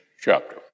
chapter